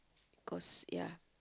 cause ya